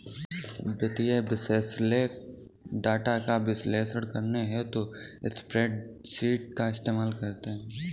वित्तीय विश्लेषक डाटा का विश्लेषण करने हेतु स्प्रेडशीट का इस्तेमाल करते हैं